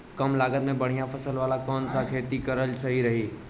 कमलागत मे बढ़िया फसल वाला कौन सा खेती करल सही रही?